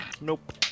Nope